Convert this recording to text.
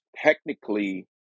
technically